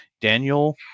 Daniel